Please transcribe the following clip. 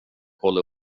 kolla